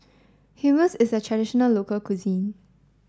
Hummus is a traditional local cuisine